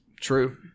True